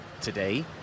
Today